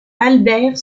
albert